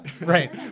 right